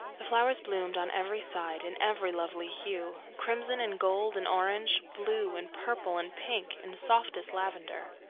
the flowers bloomed on every side, in every lovely hue crimson and gold and orange, blue and purple and pink and softest lavender.